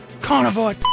carnivore